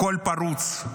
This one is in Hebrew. הכול פרוץ,